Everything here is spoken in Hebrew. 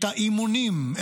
את האימונים,